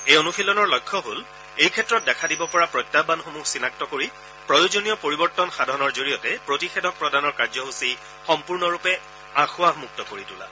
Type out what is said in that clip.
এই অনুশীলনৰ লক্ষ্য হ'ল এই ক্ষেত্ৰত দেখা দিব পৰা প্ৰত্যাহানসমূহ চিনাক্ত কৰি প্ৰয়োজনীয় পৰিৱৰ্তনসাধনৰ জৰিয়তে প্ৰতিষেধক প্ৰদানৰ কাৰ্যসূচী সম্পৰ্ণৰূপে আঁসোৱাহমুক্ত কৰি তোলা